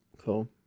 Cool